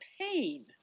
pain